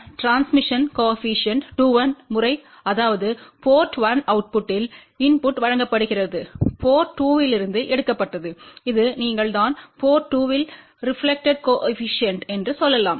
transmitted coefficient 2 1 முறை அதாவது port 1 அவுட்புட்டில் இன்புட் வழங்கப்படுகிறது போர்ட் 2 இலிருந்து எடுக்கப்பட்டது இது நீங்கள் தான் போர்ட் 2 இல் ரெப்லக்டெட்ப்பு கோஏபிசிஎன்ட் என்று சொல்லலாம்